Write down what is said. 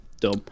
Dumb